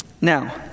Now